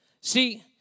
See